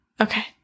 Okay